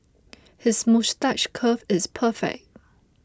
his moustache curl is perfect